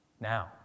Now